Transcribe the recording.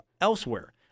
elsewhere